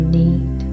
need